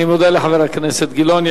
אני מודה לחבר הכנסת גילאון.